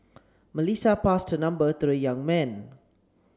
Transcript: Melissa passed her number to the young man